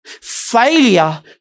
Failure